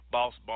Boss